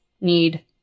need